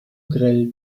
grell